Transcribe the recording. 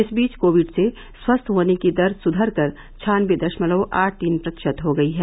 इस बीच कोविड से स्वस्थ होने की दर सुधरकर छानबे दशमलव आठ तीन प्रतिशत हो गई है